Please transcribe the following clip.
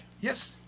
yes